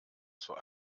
zur